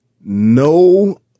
no